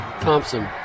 Thompson